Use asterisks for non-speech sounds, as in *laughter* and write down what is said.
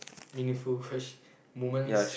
meaningful *noise* moments